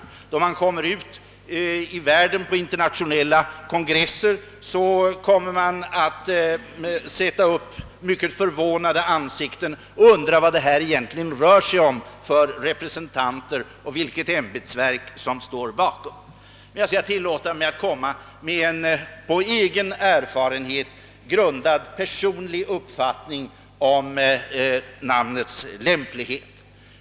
Då representanter för verket kommer ut i världen på internationella kongresser kommer man att sätta upp mycket förvånade ansikten och undra vad det egentligen rör sig om för representanter och vilket ämbetsverk som står bakom. Jag skall tillåta mig att nämna en på egen erfarenhet grundad personlig uppfattning om namnets lämplighet.